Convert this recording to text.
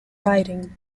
riding